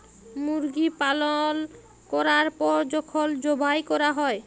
মুরগি পালল ক্যরার পর যখল যবাই ক্যরা হ্যয়